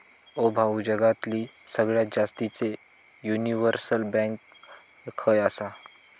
ओ भाऊ, जगातली सगळ्यात जास्तीचे युनिव्हर्सल बँक खय आसा